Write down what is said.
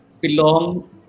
belong